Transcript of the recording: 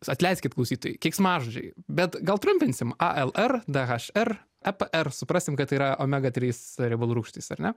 atleiskit klausytojai keiksmažodžiai bet gal trumpinsim alr dhr epr suprasim kad tai yra omega trys riebalų rūgštys ar ne